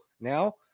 now